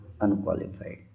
unqualified